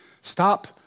Stop